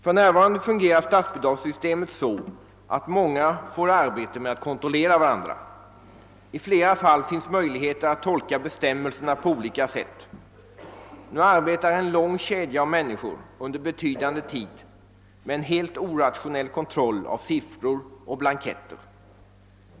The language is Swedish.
För närvarande fungerar statsbidragssystemet så att många får arbete med att kontrollera varandra. I flera fall kan bestämmelserna tolkas på olika sätt. Nu arbetar en lång kedja av människor under betydande tid med en helt orationell kontroll av siffror och blanketter.